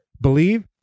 believe